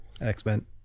X-Men